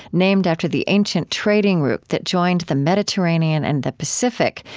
named after the ancient trading route that joined the mediterranean and the pacific,